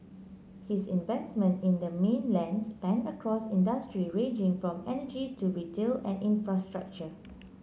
his investment in the mainland span across industries ranging from energy to retail and infrastructure